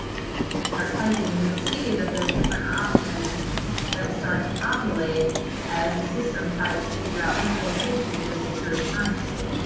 if you just start typing you'll see that there's different options that start to populate as the system tries to figure out which location it is that you're referring to.